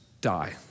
die